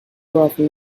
often